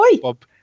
bob